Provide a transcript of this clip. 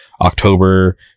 October